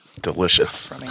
Delicious